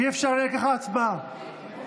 אי-אפשר ככה, לא שומעים את מזכירת הכנסת.